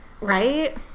Right